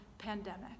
pandemic